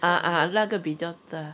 ah ah 那个比较大